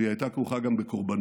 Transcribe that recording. והיא הייתה כרוכה גם בקורבנות.